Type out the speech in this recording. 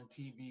TV